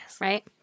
right